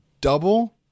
double